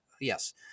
Yes